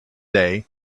day